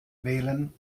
wählen